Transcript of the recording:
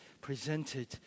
presented